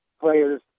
players